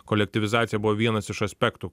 kolektyvizacija buvo vienas iš aspektų